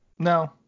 No